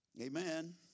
Amen